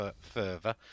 further